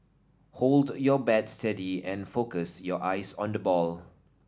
hold your bat steady and focus your eyes on the ball